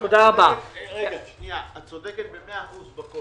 את צודקת במאה אחוז,